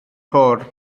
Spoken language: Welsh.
côr